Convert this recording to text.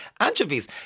Anchovies